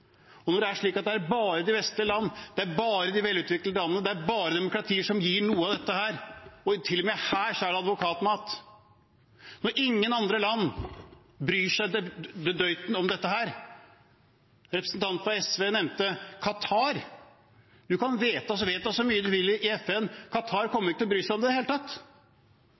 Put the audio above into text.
Det er slik at det er bare de vestlige land, bare de velutviklede landene, bare demokratier som gir noe av dette, og til og med her er det advokatmat. Ingen andre land bryr seg døyten om dette. Representanten fra SV nevnte Qatar. Du kan vedta så mye du vil i FN, men Qatar kommer ikke til å bry seg om det i det hele tatt.